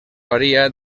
varia